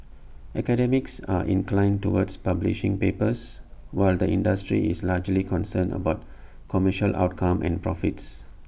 academics are inclined towards publishing papers while the industry is largely concerned about commercial outcomes and profits